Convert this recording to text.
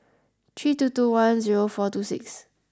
three two two one zero four two six